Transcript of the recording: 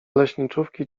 leśniczówki